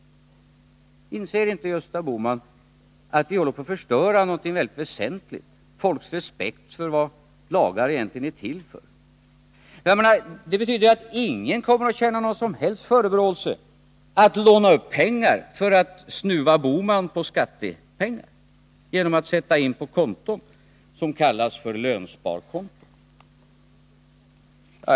Inser inte Gösta Bohman att vi håller på att förstöra någonting väldigt väsentligt — folks respekt för vad lagar egentligen är till för? Ingen kommer att göra sig någon som helst förebråelse, om han lånar upp pengar för att snuva herr Bohman på skattepengar genom att sätta in på konton som kallas för lönsparkonton.